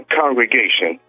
congregation